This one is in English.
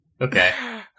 Okay